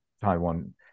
Taiwan